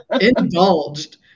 Indulged